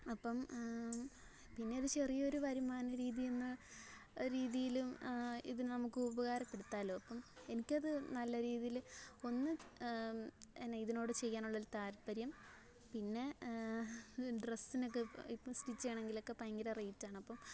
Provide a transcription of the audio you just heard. അപ്പം പിന്നെ അത് ചെറിയ ഒരു വരുമാന രീതിയെന്ന് രീതിയിലും ഇത് നമുക്ക് ഉപകാരപ്പെടുത്താലോ അപ്പം എനിക്ക് അത് നല്ല രീതിയിൽ ഒന്ന് എന്നാൽ ഇതിനോട് ചെയ്യാനുള്ള ഒരു താൽപ്പര്യം പിന്നെ ഡ്രസ്സിനൊക്കെ ഇപ്പൊ ഇപ്പൊ സ്റ്റിച്ച് ചെയ്യണമെങ്കിലൊക്കെ ഭയങ്കര റെയിറ്റ് ആണ് അപ്പം